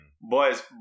boys